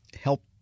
help